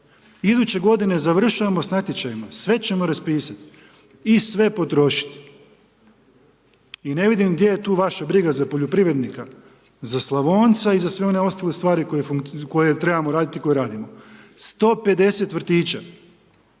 Iduće godine završavamo s natječajima. Sve ćemo raspisati i sve potrošiti i ne vidim gdje je tu vaša briga za poljoprivrednika, za Slavonca i za sve one ostale stvari koje trebamo raditi i koje radimo. 150 vrtića